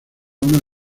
una